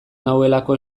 nauelako